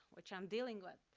which i'm dealing with.